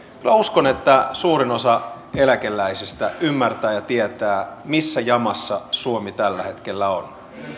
kyllä uskon että suurin osa eläkeläisistä ymmärtää ja tietää missä jamassa suomi tällä hetkellä on